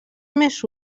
més